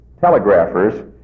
telegraphers